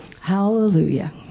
Hallelujah